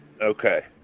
Okay